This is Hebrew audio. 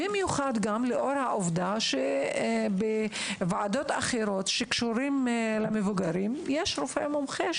במיוחד לאור העובדה שבוועדות אחרות של מבוגרים יושב רופא מומחה.